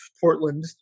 Portland